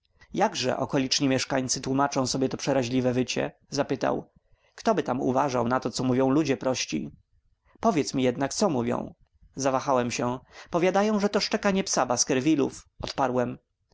jakże okoliczni mieszkańcy tłómaczą sobie to przeraźliwe wycie zapytał ktoby tam uważał na to co mówią ludzie prości powiedz mi jednak co mówią zawahałem się powiadają że to szczekanie psa baskervillów odparłem